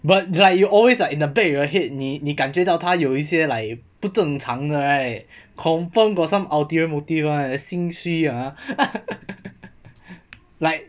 but you always like the back of your head 你你感觉到他有一些 like 不正常的 right confirm got some ulterior motive [one] 心虚 ah like